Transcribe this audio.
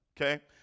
okay